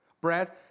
Brad